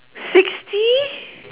sixty